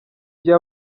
gihe